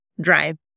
drive